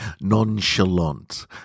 nonchalant